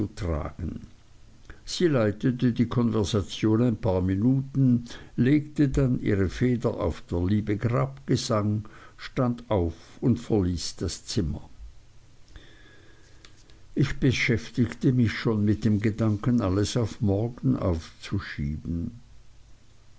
tragen sie leitete die konversation ein paar minuten legte dann ihre feder auf der liebe grabgesang stand auf und verließ das zimmer ich beschäftigte mich schon mit dem gedanken alles auf morgen aufzuschieben